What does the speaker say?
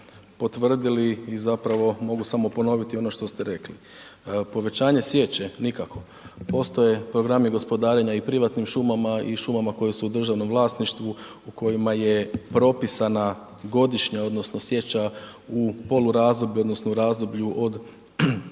potvrdili i zapravo mogu samo ponoviti ono što ste rekli, povećanje sječe nikako, postoje programi gospodarenja i u privatnim šumama i šumama koje su u državnom vlasništvu u kojima je propisana godišnja odnosno sječa u polurazdoblju